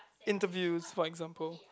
interviews for example